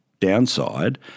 downside